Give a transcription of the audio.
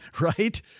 right